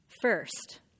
first